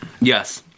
Yes